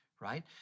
right